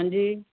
ਹਾਂਜੀ